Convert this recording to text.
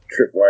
Tripwire